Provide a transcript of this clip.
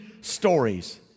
stories